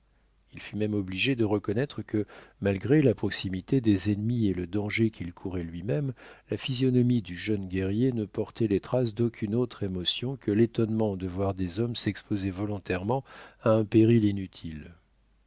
il fut même obligé de reconnaître que malgré la proximité des ennemis et le danger qu'il courait lui-même la physionomie du jeune guerrier ne portait les traces d'aucune autre émotion que l'étonnement de voir des hommes s'exposer volontairement à un péril inutile